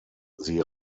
sie